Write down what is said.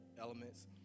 elements